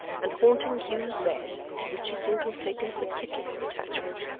and haunting hugh's bed, to which he seemed to have taken a particular attachment.